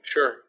Sure